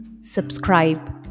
subscribe